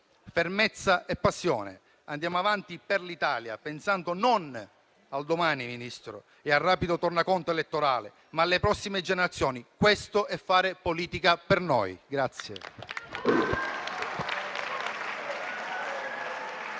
fermezza e passione. Andiamo avanti per l'Italia pensando non al domani e al rapido tornaconto elettorale, ma alle prossime generazioni: questo è, per noi, fare